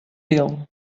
ele